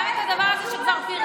גם את הדבר הזה שכבר פירקו בעבר,